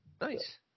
Nice